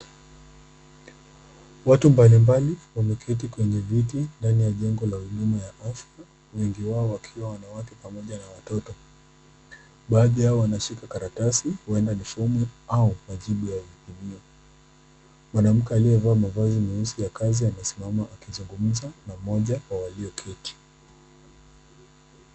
Watu mbalimbali wameketi kwenye viti ndani ya jengo la huduma ya afya, wengi wao wakiwa wanawake pamoja na watoto. Baadhi yao wanashika karatasi ,huenda ni fomu au majibu ya wengineo, mwanamke aliyevaa mavazi meusi ya kazi anasimama akizungumza na mmoja wa walio keti.